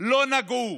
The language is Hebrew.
לא נגעו.